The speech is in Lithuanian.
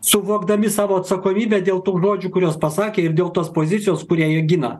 suvokdami savo atsakomybę dėl tų žodžių kuriuos pasakė ir dėl tos pozicijos kurią jie gina